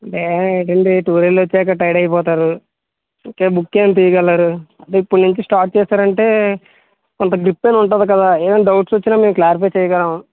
లేదండి టూర్ వెళ్ళి వచ్చాక టైయడ్ అయిపోతారు ఇంక బుక్ ఏమి తీయగలరు అదే ఇప్పటి నుంచి స్టార్ట్ చేసారంటే కొంత గ్రిప్ అయినా ఉంటుంది కదా ఏమైనా డౌట్స్ వచ్చినా మేము క్లారిఫై చేయగలము